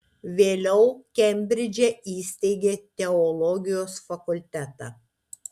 vėliau kembridže įsteigė teologijos fakultetą